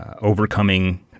overcoming